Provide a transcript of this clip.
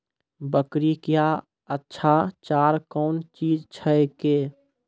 बकरी क्या अच्छा चार कौन चीज छै के?